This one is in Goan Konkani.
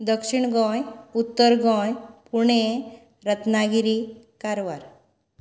दक्षीण गोंय उत्तर गोंय पूणे रत्नागिरी कारवार